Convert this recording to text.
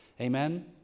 Amen